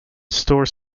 store